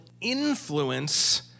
influence